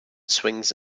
swings